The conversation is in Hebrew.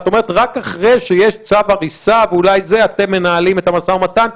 את אומרת שרק אחרי שיש צו הריסה אולי אז אתם מנהלים את המשא ומתן.